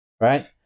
right